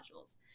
modules